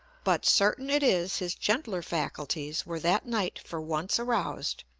but certain it is his gentler faculties were that night for once aroused,